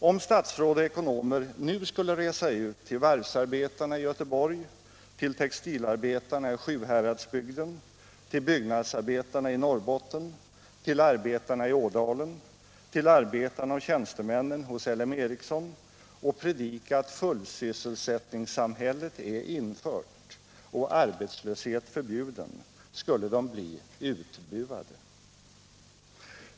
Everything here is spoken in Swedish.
Om statsråd och ekonomer nu skulle resa ut till varvsarbetarna i Göteborg, till textilarbetarna i Sjuhäradsbygden, till byggnadsarbetarna i Norrbotten, till arbetarna i Ådalen, till arbetarna och tjänstemännen hos LM Ericsson och predika att fullsysselsättningssamhället är infört och arbetslöshet förbjuden skulle de bli utbuade.